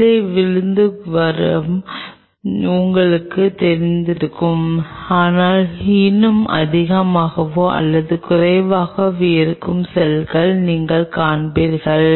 கீழே விழுந்துவிடுவது உங்களுக்குத் தெரிந்திருக்கும் ஆனால் இன்னும் அதிகமாகவோ அல்லது குறைவாகவோ இருக்கும் செல்களை நீங்கள் காண்பீர்கள்